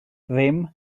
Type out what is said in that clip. ddim